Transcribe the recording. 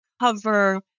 cover